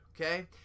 okay